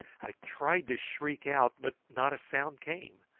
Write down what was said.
i tried to shriek out, but not a sound came.